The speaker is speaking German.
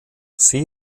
sie